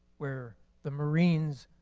where the marines